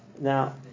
Now